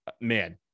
man